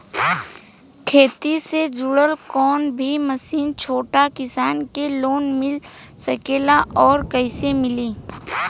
खेती से जुड़ल कौन भी मशीन छोटा किसान के लोन मिल सकेला और कइसे मिली?